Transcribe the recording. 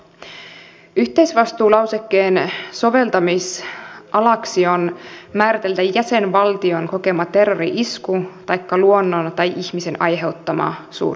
yhteisvastuulausekkeen soveltamisalaksi on määritelty jäsenvaltion kokema terrori isku taikka luonnon tai ihmisen aiheuttama suuronnettomuus